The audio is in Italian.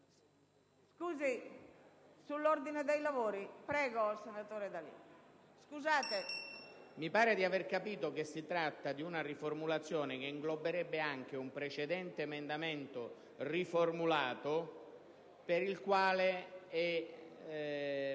mi pare di aver capito che si tratta di una riformulazione che ingloberebbe anche un precedente emendamento riformulato, per il quale